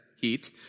heat